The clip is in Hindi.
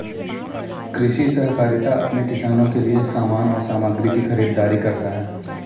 कृषि सहकारिता अपने किसानों के लिए समान और सामग्री की खरीदारी करता है